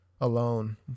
alone